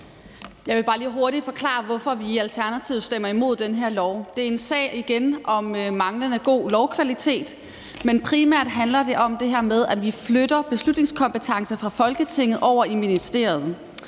Jeg vil bare lige hurtigt forklare, hvorfor vi i Alternativet stemmer imod det her lovforslag. Det er igen en sag om manglende god lovkvalitet, men primært handler det om det her med, at vi flytter beslutningskompetencer fra Folketinget over i ministeriet.